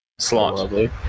slot